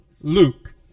Luke